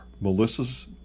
Melissa's